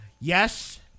Yes